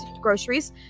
groceries